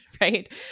right